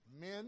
men